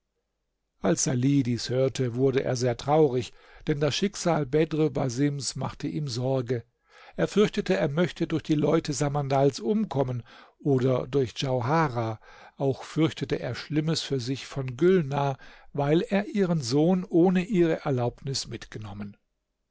als salih dies hörte wurde er sehr traurig denn das schicksal bedr basims machte ihm sorge er fürchtete er möchte durch die leute samandals umkommen oder durch djauharah auch fürchtete er schlimmes für sich von gülnar weil er ihren sohn ohne ihre erlaubnis mitgenommen